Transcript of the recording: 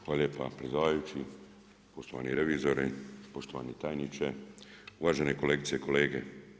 Hvala lijepa predsjedavajući, poštovani revizori, poštovani tajniče, uvažene kolegice i kolege.